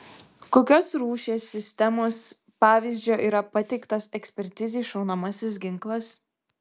kokios rūšies sistemos pavyzdžio yra pateiktas ekspertizei šaunamasis ginklas